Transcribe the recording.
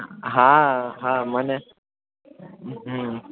હા હા મને હં